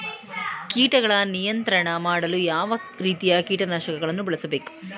ಕೀಟಗಳ ನಿಯಂತ್ರಣ ಮಾಡಲು ಯಾವ ರೀತಿಯ ಕೀಟನಾಶಕಗಳನ್ನು ಬಳಸಬೇಕು?